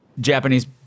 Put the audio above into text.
Japanese